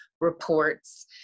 reports